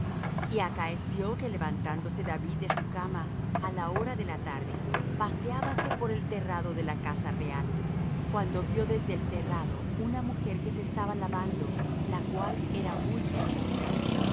y acaeció que levantándose david de su cama á la hora de la tarde paseábase por el terrado de la casa real cuando vió desde el terrado una mujer que se estaba lavando la cual era muy hermosa